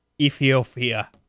Ethiopia